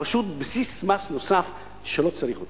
הוא פשוט בסיס מס נוסף שלא צריך אותו.